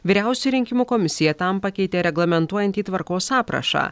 vyriausioji rinkimų komisija tam pakeitė reglamentuojantį tvarkos aprašą